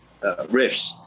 riffs